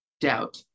doubt